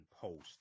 Post